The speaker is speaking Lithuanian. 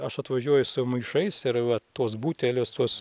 aš atvažiuoju su maišais ir va tuos butelius tuos